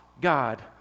God